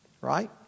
Right